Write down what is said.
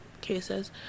cases